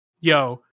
yo